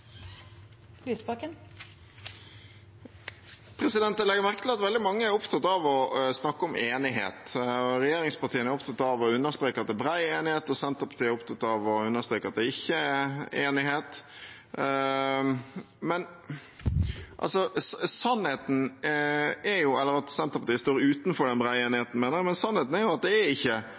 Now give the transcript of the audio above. opptatt av å snakke om enighet. Regjeringspartiene er opptatt av å understreke at det er bred enighet, og Senterpartiet er opptatt av å understreke at det ikke er enighet, at Senterpartiet står utenfor den brede enigheten. Sannheten er at det er ikke bred enighet i denne innstillingen. Det er tvert imot vekslende flertall og en god del uenighet om viktige ting. Det